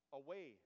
away